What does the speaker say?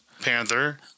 Panther